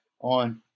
on